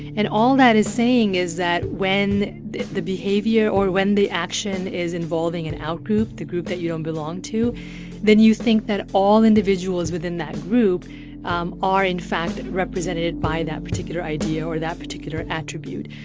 and all that is saying is that when the behavior or when the action is involving an out-group the group that you don't belong to then you think that all individuals within that group um are, in fact, and represented by that particular idea or that particular attribute.